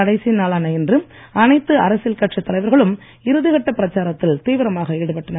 கடைசி நாளான இன்று அனைத்து அரசியல் கட்சித் தலைவர்களும் இறுதிக்கட்ட பிரச்சாரத்தில் தீவிரமாக ஈடுபட்டனர்